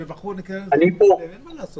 ובחרו את חברת הניקיון הזאת אין מה לעשות.